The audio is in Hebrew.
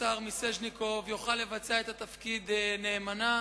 השר מיסז'ניקוב יוכל לבצע את התפקיד נאמנה,